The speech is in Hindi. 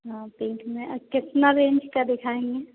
हाँ पिंक में केतना रेंज का दिखाएँगे